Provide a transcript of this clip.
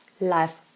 life